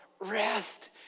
rest